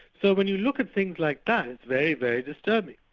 so when you look at things like that, it's very, very disturbing.